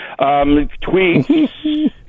tweets